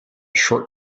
short